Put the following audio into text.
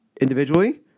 Individually